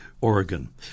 Oregon